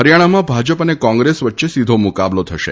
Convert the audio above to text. હરિયાણામાં ભાજપ અને કોંગ્રેસ વચ્ચે સીધો મુકાબલો થશે